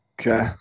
Okay